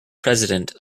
president